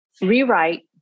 Rewrite